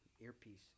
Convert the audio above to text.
earpiece